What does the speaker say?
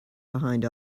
behind